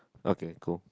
okay cool